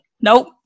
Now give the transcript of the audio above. Nope